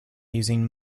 using